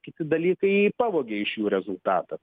kiti dalykai pavogė iš jų rezultatą